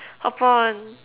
hop on